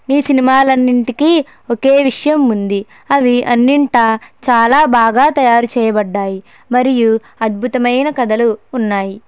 ఈ సినిమాలు అన్నింటికి ఒకే విషయం ఉంది అవి అన్నింటా చాలా బాగా తయారు చెయ్యబడినాయి మరియు అద్భుతమైన కథలు ఉన్నాయి